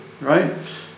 right